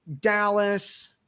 Dallas